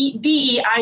DEI